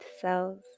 cells